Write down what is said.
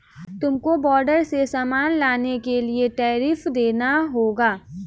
तुमको बॉर्डर से सामान लाने के लिए टैरिफ देना होगा